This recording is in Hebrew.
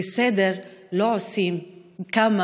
וסדר לא עושים, ממתי?